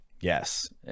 Yes